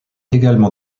également